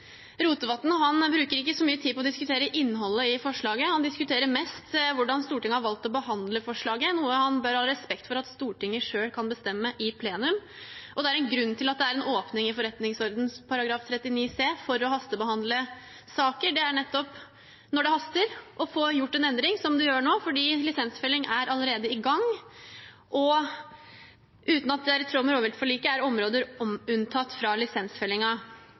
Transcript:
Rotevatn. Rotevatn bruker ikke så mye tid på å diskutere innholdet i forslaget, han diskuterer mest hvordan Stortinget har valgt å behandle forslaget, noe han bør ha respekt for at Stortinget selv kan bestemme i plenum. Det er en grunn til at det er en åpning i forretningsordenen § 39 c for å hastebehandle saker. Det er nettopp når det haster med å få gjort en endring, som det gjør nå, fordi lisensfelling allerede er i gang, og uten at det er i tråd med rovviltforliket, er områder unntatt fra